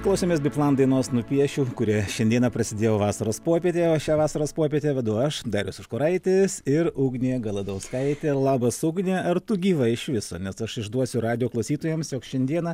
klausėmės biplan dainos nupiešiu kuria šiandieną prasidėjo vasaros puopietė o šią vasaros puopietę vedu aš darius užkuraitis ir ugnė galadauskaitė labas ugne ar tu gyva iš viso nes aš išduosiu radijo klausytojams jog šiandieną